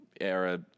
era